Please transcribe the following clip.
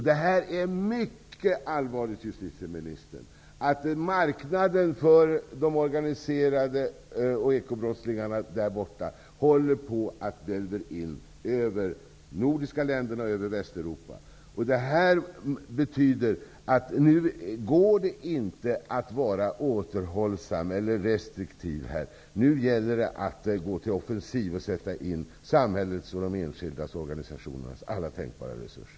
Det är mycket allvarligt, justitieministern, att marknaden för organiserad brottslighet och ekobrottslighet i dessa områden håller på att välla in i de nordiska länderna och i Västeuropa. Det betyder att man nu inte kan vara restriktiv. Det gäller att gå till offensiv och sätta in samhällets och de enskilda organisationernas alla tänkbara resurser.